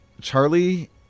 Charlie